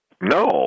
No